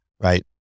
right